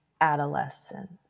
adolescence